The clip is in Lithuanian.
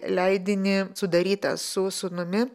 leidinį sudarytą su sūnumi